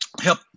help